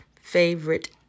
favorite